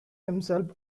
himself